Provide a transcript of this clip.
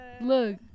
look